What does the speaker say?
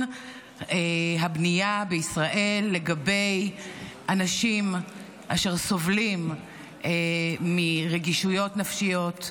הבנייה בישראל לגבי אנשים אשר סובלים מרגישויות נפשיות,